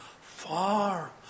Far